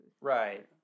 Right